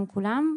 כולם,